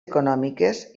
econòmiques